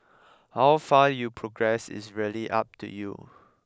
how far you progress is really up to you